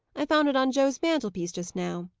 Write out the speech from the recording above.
i found it on joe's mantelpiece, just now.